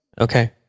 Okay